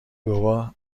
بابا